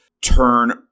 turn